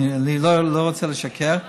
אני לא רוצה לשקר.